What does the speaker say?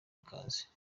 ikaze